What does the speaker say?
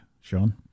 Sean